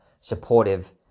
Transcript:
supportive